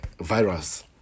virus